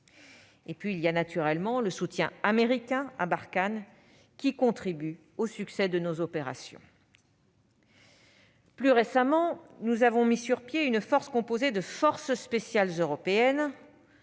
l'année 2020. Naturellement, le soutien américain contribue lui aussi au succès de nos opérations. Plus récemment, nous avons mis sur pied une force composée de forces spéciales européennes,